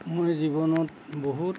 মই জীৱনত বহুত